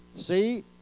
See